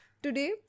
Today